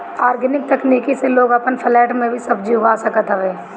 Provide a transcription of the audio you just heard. organic तकनीक से लोग अपन फ्लैट में भी सब्जी उगा सकत हवे